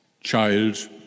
child